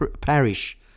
parish